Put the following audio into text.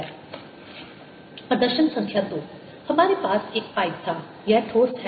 B∝Isinωt B∂t≠0 ϵcosωt प्रदर्शन संख्या 2 हमारे पास एक पाइप था यह ठोस है